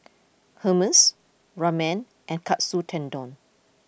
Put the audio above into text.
Hummus Ramen and Katsu Tendon